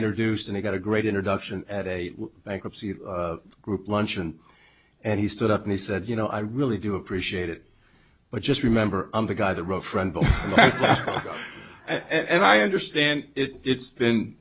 introduced and he got a great introduction at a bankruptcy group luncheon and he stood up and he said you know i really do appreciate it but just remember i'm the guy the referendum and i understand it it's been